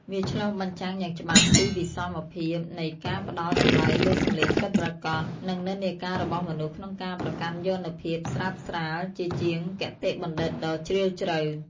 វាឆ្លុះបញ្ចាំងយ៉ាងច្បាស់ពីវិសមភាពនៃការផ្ដល់តម្លៃលើសំឡេងពិតប្រាកដ និងនិន្នាការរបស់មនុស្សក្នុងការប្រកាន់យកនូវភាពស្រើបស្រាលជាជាងគតិបណ្ឌិតដ៏ជ្រាលជ្រៅ។